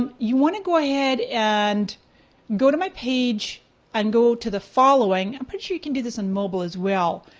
um you want to go ahead and go to my page and go to the following, i'm pretty sure you can do this on mobile as well.